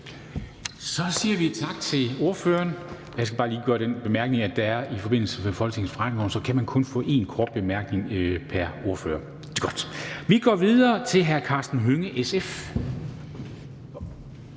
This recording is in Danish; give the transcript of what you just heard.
Så siger vi tak til ordføreren. Jeg skal bare lige gøre den bemærkning, at ifølge Folketingets forretningsorden kan man kun få én kort bemærkning pr. ordfører. Det er godt. Vi går videre til hr. Karsten Hønge, SF.